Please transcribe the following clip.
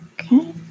Okay